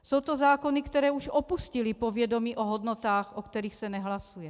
Jsou to zákony, které už opustily povědomí o hodnotách, o kterých se nehlasuje.